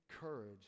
courage